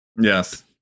Yes